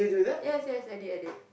yes yes I did I did